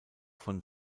von